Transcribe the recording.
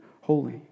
holy